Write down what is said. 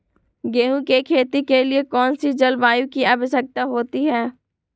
गेंहू की खेती के लिए कौन सी जलवायु की आवश्यकता होती है?